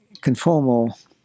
conformal